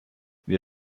wir